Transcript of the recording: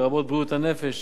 לרבות בריאות הנפש,